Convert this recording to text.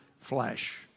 flesh